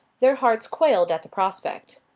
their hearts quailed at the prospect.